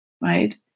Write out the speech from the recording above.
right